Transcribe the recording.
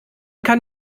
kann